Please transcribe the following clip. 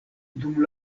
dum